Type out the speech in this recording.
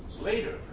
later